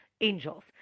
angels